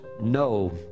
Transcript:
no